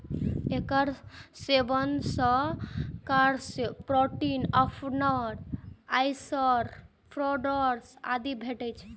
एकर सेवन सं carbs, protein, fibre, iron, phosphorus आदि भेटै छै